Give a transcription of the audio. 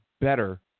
better